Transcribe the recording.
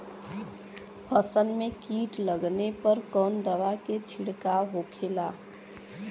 फसल में कीट लगने पर कौन दवा के छिड़काव होखेला?